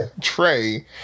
Trey